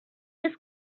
this